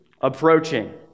approaching